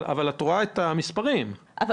ואת רואה את המספרים שלו.